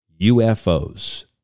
ufos